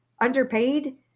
underpaid